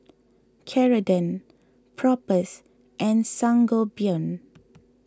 Ceradan Propass and Sangobion